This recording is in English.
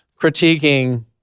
critiquing